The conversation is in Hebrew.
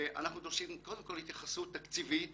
אנחנו דורשים קודם כן התייחסות תקציבית